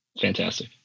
Fantastic